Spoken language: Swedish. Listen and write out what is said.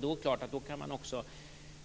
Då skulle vi också kunna